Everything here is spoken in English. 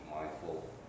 mindful